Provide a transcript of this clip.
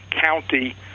county